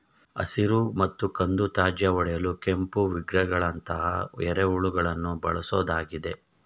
ಹಸಿರು ಮತ್ತು ಕಂದು ತ್ಯಾಜ್ಯ ಒಡೆಯಲು ಕೆಂಪು ವಿಗ್ಲರ್ಗಳಂತಹ ಎರೆಹುಳುಗಳನ್ನು ಬಳ್ಸೋದಾಗಿದೆ